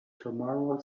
tomorrow